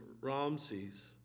Ramses